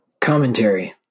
Commentary